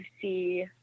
see